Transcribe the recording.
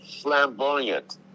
flamboyant